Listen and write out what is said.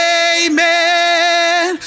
amen